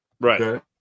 Right